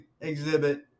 Exhibit